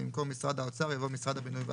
במקום "משרד האוצר" יבוא "משרד הבינוי והשיכון".